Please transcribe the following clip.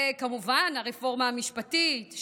כמובן הרפורמה המשפטית,